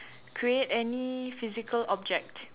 create any physical object